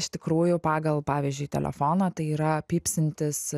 iš tikrųjų pagal pavyzdžiui telefoną tai yra pypsintys